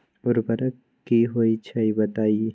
उर्वरक की होई छई बताई?